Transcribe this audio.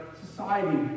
society